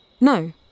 no